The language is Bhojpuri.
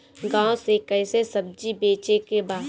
गांव से कैसे सब्जी बेचे के बा?